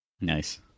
Nice